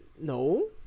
No